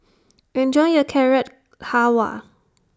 Enjoy your Carrot Halwa